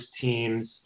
teams